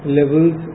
levels